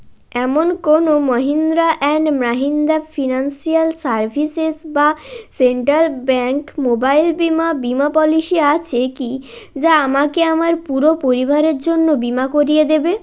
এমন কোনো Mahindra and Mahindra financial services বা সেন্ট্রাল ব্যাঙ্ক মোবাইল বীমা বীমা পলিসি আছে কি যা আমাকে আমার পুরো পরিবারের জন্য বীমা করিয়ে দেবে